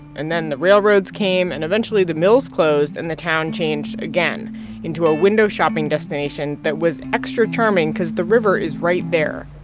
and then the railroads came. and, eventually, the mills closed. and the town changed again into a window-shopping destination that was extra charming because the river is right there